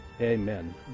Amen